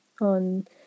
on